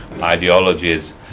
ideologies